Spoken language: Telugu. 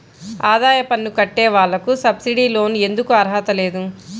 ఆదాయ పన్ను కట్టే వాళ్లకు సబ్సిడీ లోన్ ఎందుకు అర్హత లేదు?